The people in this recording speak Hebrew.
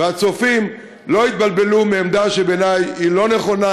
והצופים לא יתבלבלו מעמדה שבעיני היא לא נכונה,